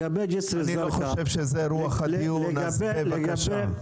אני לא חושב שזו רוח הדיון, אז בבקשה.